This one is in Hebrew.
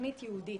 תוכנית ייעודית.